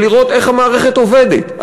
זה לראות איך המערכת עובדת.